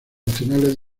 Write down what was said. nacionales